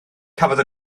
cafodd